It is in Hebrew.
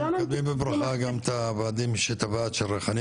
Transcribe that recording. אנחנו מקבלים בברכה גם את הוועדים של ריחאניה,